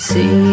See